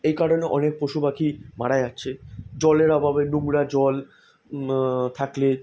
এই কারণে অনেক পশু পাখি মারা যাচ্ছে জলের অভাবে নোংরা জল থাকলে